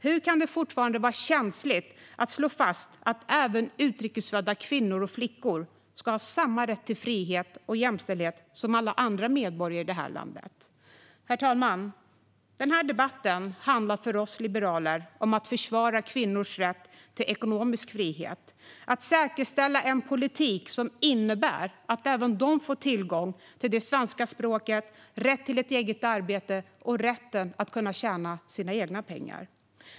Hur kan det fortfarande vara känsligt att slå fast att även utrikesfödda kvinnor och flickor ska ha samma rätt till frihet och jämställdhet som alla andra medborgare i det här landet? Herr talman! Den här debatten handlar för oss liberaler om att försvara kvinnors rätt till ekonomisk frihet. Det handlar om att säkerställa en politik som innebär att även de får tillgång till det svenska språket, rätt till ett eget arbete och rätten att kunna tjäna sina egna pengar.